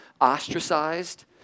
ostracized